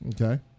Okay